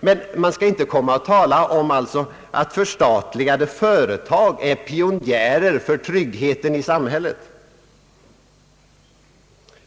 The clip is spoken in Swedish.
Men man skall inte tala om att förstatligade företag är pionjärer för tryggheten i samhället.